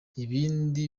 ibindi